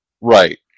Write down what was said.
right